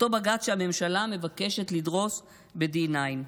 אותו בג"ץ שהממשלה מבקשת לדרוס ב-D9.